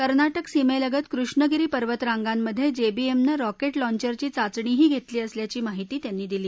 कर्नाटक सीमेलगत कृष्णगिरी पर्वतरांगांमधे जेबीएमनं रॉकेट लाँचरची चाचणीही घेतली असल्याची माहिती त्यांनी दिली